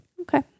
Okay